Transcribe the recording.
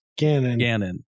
ganon